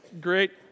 Great